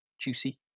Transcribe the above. juicy